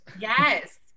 Yes